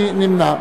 מי נמנע.